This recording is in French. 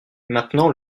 maintenant